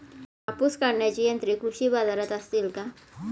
कापूस काढण्याची यंत्रे कृषी बाजारात असतील का?